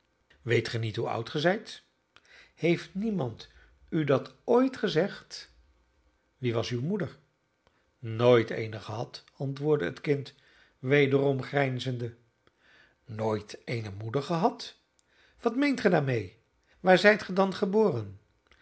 weet ge niet hoe oud ge zijt heeft niemand u dat ooit gezegd wie was uwe moeder nooit eene gehad antwoordde het kind wederom grijnzende nooit eene moeder gehad wat meent ge daarmede waar zijt ge dan geboren